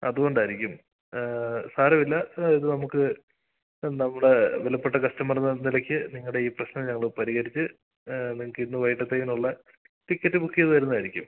അതുകൊണ്ടായിരിക്കും സാരമില്ല ഇത് നമുക്ക് നമ്മുടെ വിലപ്പെട്ട കസ്റ്റമർ എന്നുള്ള നിലയ്ക്ക് നിങ്ങളുടെ ഈ പ്രശ്നം ഞങ്ങൾ പരിഹരിച്ച് നിങ്ങൾക്ക് ഇന്ന് വൈകിട്ടത്തേക്കിനുള്ള ടിക്കറ്റ് ബുക്ക് ചെയ്ത് തരുന്നതായിരിക്കും